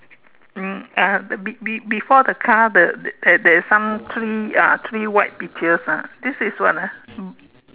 um uh be~ be~ before the car the there there there is some three uh white pictures ah this is what ah